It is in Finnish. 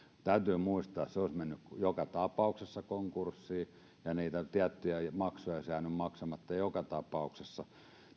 täytyy muistaa että se olisi mennyt joka tapauksessa konkurssiin ja niitä tiettyjä maksuja olisi jäänyt maksamatta joka tapauksessa